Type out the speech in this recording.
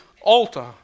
altar